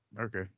okay